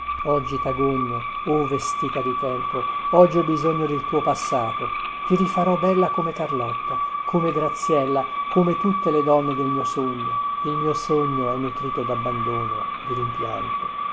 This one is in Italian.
oggi tagogno o vestita di tempo oggi ho bisogno del tuo passato ti rifarò bella come carlotta come graziella come tutte le donne del mio sogno il mio sogno è nutrito dabbandono di rimpianto